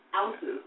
ounces